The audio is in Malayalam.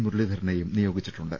മുരളീധരനെയും നിയോഗിച്ചിട്ടുണ്ട്